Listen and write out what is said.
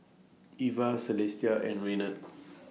Ivah Celestia and Renard